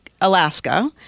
Alaska